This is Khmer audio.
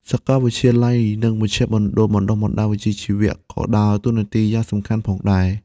សាកលវិទ្យាល័យ និងមជ្ឈមណ្ឌលបណ្តុះបណ្តាលវិជ្ជាជីវៈក៏ដើរតួនាទីយ៉ាងសំខាន់ផងដែរ។